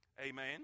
Amen